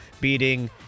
beating